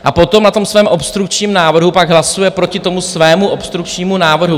A potom na tom svém obstrukčním návrhu pak hlasuje proti tomu svému obstrukčnímu návrhu.